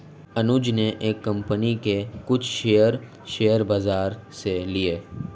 अनुज ने एक कंपनी के कुछ शेयर, शेयर बाजार से लिए